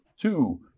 two